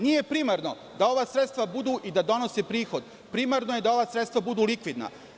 Nije primarno da ova sredstva budu i da donose prihod, primarno je da ova sredstva budu likvidna.